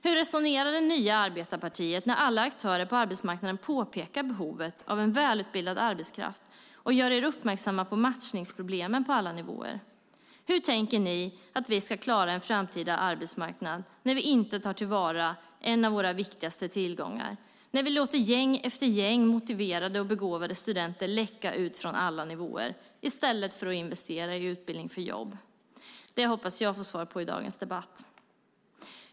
Hur resonerar det nya arbetarpartiet när alla aktörer på arbetsmarknaden påpekar behovet av en välutbildad arbetskraft och gör er uppmärksamma på matchningsproblemen på alla nivåer? Hur tänker ni att vi ska klara en framtida arbetsmarknad när vi inte tar till vara en av våra viktigaste tillgångar och låter gäng efter gäng motiverade och begåvade studenter läcka ut från alla nivåer i stället för att investera i utbildning för jobb? Det hoppas jag få svar på i dagens debatt.